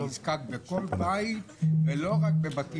נצרך בכל בית ולא רק בבתים ערביים.